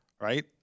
right